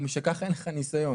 ומשכך אין לך ניסיון.